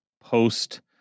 post